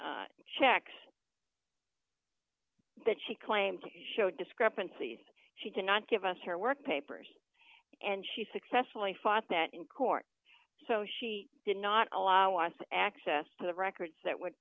the checks that she claimed showed discrepancies she did not give us her work papers and she successfully fought that in court so she did not allow us access to the records that